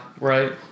right